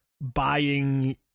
buying